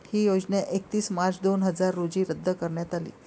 ही योजना एकतीस मार्च दोन हजार रोजी रद्द करण्यात आली